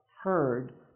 heard